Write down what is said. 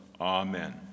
Amen